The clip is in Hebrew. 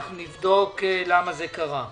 ואנחנו נבדוק למה זה קרה.